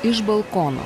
iš balkono